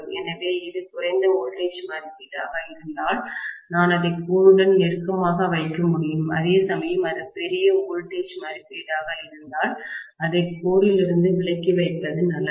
எனவே இது குறைந்த வோல்டேஜ் மதிப்பீட்டாக இருந்தால் நான் அதை கோருடன் நெருக்கமாக வைக்க முடியும் அதேசமயம் அது பெரிய வோல்டேஜ் மதிப்பீட்டாக இருந்தால் அதை கோரிலிருந்து விலக்கி வைப்பது நல்லது